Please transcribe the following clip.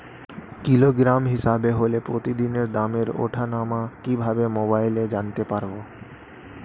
Kilogram হিসাবে হলে প্রতিদিনের দামের ওঠানামা কিভাবে মোবাইলে জানতে পারবো?